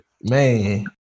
man